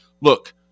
look